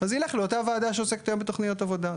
אז ילך לאותה ועדה שעוסקת היום בתכניות עבודה.